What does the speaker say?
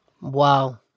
Wow